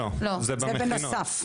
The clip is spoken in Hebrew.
זה במכינות,